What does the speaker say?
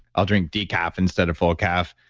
i'll drink decaf instead of full-caf,